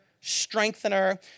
strengthener